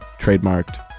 trademarked